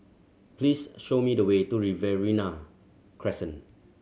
please show me the way to Riverina Crescent